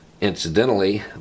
Incidentally